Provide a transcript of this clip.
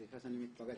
סליחה שאני מתפרץ,